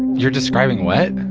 you're describing what?